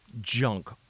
junk